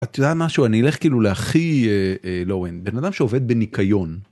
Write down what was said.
את יודעת משהו? אני אלך כאילו להכי low end. בן אדם שעובד בניקיון.